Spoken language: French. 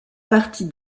partie